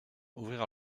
ouvrir